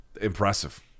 Impressive